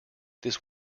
this